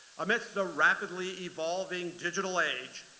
amidst a rapidly evolving digital age,